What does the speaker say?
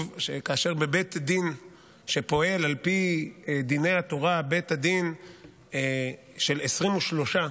שבבית דין שפועל על פי דיני התורה, בית דין של 23,